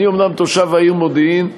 אני אומנם תושב העיר מודיעין,